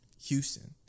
Houston